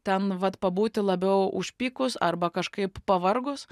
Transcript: ten vat pabūti labiau užpykus arba kažkaip pavargus